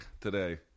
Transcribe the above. today